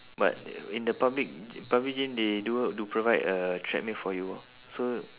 but in the public g~ public gym they do do provide a treadmill for you [what] so